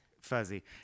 fuzzy